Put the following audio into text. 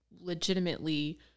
legitimately